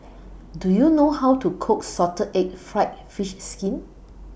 Do YOU know How to Cook Salted Egg Fried Fish Skin